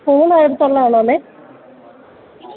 school അടുത്തുള്ളതാണോ